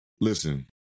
listen